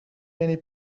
many